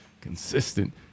consistent